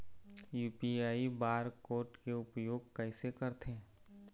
UPI bar code के उपयोग कैसे करथें?